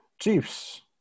Chiefs